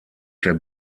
der